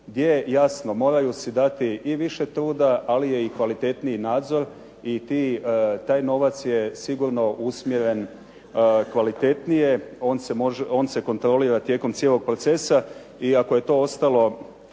gdje jasno moraju si dati i više truda ali je i kvalitetniji nadzor i taj novac je sigurno usmjeren kvalitetnije. On se kontrolira tijekom cijelog procesa. I ako je to ostalo